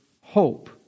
hope